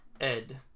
Ed